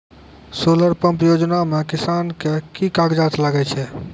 Solar pump योजना म किसान के की कागजात लागै छै?